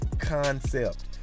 concept